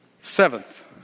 Seventh